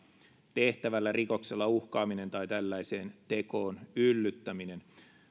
tehtävällä rikoksella uhkaaminen tai tällaiseen tekoon yllyttäminen